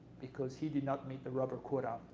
because he did not meet the rubber quota,